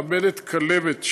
מעבדת כלבת,